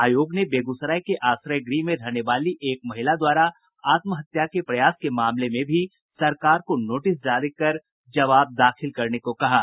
आयोग ने बेगूसराय के आश्रय गृह में रहने वाली एक महिला द्वारा आत्महत्या के प्रयास के मामले में भी सरकार को नोटिस जारी कर जवाब दाखिल करने को कहा है